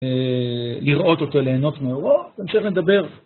לראות אותו, ליהנות מאורו, בהמשך נדבר